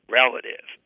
relative